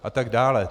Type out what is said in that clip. A tak dále.